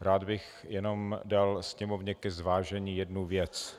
Rád bych jenom dal Sněmovně ke zvážení jednu věc.